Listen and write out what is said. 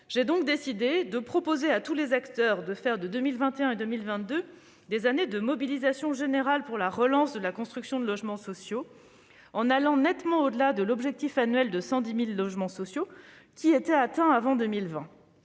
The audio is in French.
J'ai donc décidé de proposer à tous les acteurs du secteur de faire de 2021 et 2022 des années de mobilisation générale pour la relance de la construction de logements sociaux, en allant nettement au-delà de l'objectif annuel de 110 000 logements sociaux qui était atteint avant 2020.